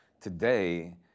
Today